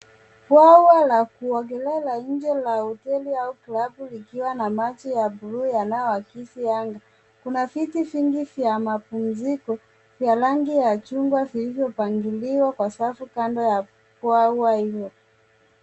Bwawa la kuogelea la nje la hoteli au klabu likiwa ya maji ya bluu yanayoakisi anga. Kuna viti vingi vya mapumziko vya rangi ya chungwa vilivyopangiliwa kwa safu kando ya bwawa hilo.